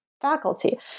faculty